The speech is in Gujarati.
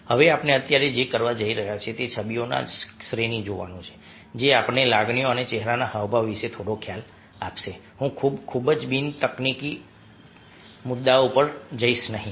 હવે આપણે અત્યારે જે કરવા જઈ રહ્યા છીએ તે છબીઓની શ્રેણી જોવાનું છે જે આપણને લાગણીઓના ચહેરાના હાવભાવ વિશે થોડો ખ્યાલ આપશે હું ખૂબ ખૂબ જ બિન તકનીકી હું ટેકનિકલતકનીકી મુદ્દાઓ પર જશે નહીં